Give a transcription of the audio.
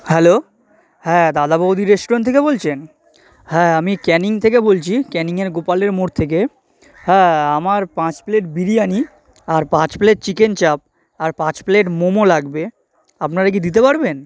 hello হ্যাঁ দাদা বৌদি রেস্টুরেন্ট থেকে বলছেন হ্যাঁ আমি ক্যানিং থেকে বলছি ক্যানিংয়ের গোপালের মোড় থেকে হ্যাঁ আমার পাঁচ প্লেট বিরিয়ানি আর পাঁচ প্লেট চিকেন চাপ আর পাঁচ প্লেট মোমো লাগবে আপনারা কি দিতে পারবেন